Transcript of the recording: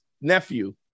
nephew